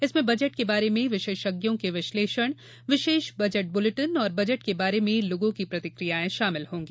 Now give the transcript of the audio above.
इसमें बजट के बारे में विशेषज्ञों के विश्लेषण विशेष बजट बुलेटिन और बजट के बारे में लोगों की प्रतिक्रिया शामिल होंगी